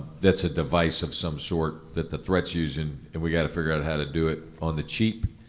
that's a device of some sort that the threat's using and we've gotta figure out how to do it on the cheap,